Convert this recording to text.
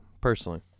personally